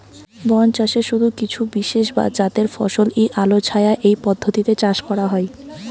বনচাষে শুধু কিছু বিশেষজাতের ফসলই আলোছায়া এই পদ্ধতিতে চাষ করা হয়